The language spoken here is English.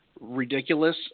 ridiculous